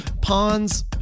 ponds